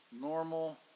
normal